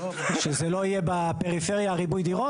שלא יהיה בפריפריה ריבוי דירות?